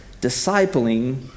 discipling